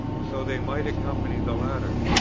so they might accompany the later.